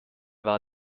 war